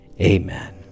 Amen